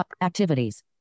activities